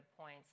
points